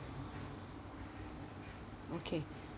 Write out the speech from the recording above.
okay